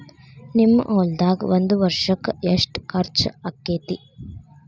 ನಿಮ್ಮ ಹೊಲ್ದಾಗ ಒಂದ್ ವರ್ಷಕ್ಕ ಎಷ್ಟ ಖರ್ಚ್ ಆಕ್ಕೆತಿ?